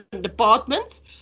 departments